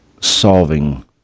solving